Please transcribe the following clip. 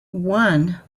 one